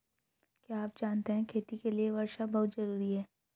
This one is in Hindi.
क्या आप जानते है खेती के लिर वर्षा बहुत ज़रूरी है?